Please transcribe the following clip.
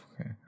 okay